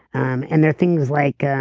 um and they're things like